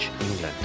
England